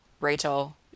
Rachel